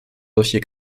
solcher